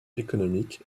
économique